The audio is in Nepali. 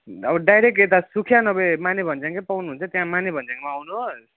अब डाइरेक्ट यता सुकिया नभए माने भन्ज्याङ चाहिँ पाउनुहुन्छ त्यहाँ माने भन्ज्याङमा आउनुहोस्